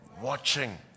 watching